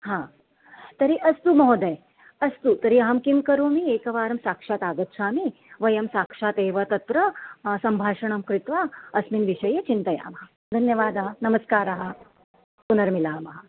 तर्हि अस्तु महोदय अस्तु तर्हि अहं किं करोमि एकवारं साक्षात् आगच्छामि वयं साक्षात् एव तत्र सम्भाषणं कृत्वा अस्मिन् विषये चिन्तयामः धन्यवादः नमस्कारः पुनर्मिलामः